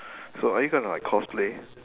so are you gonna like cosplay